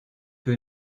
que